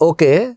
Okay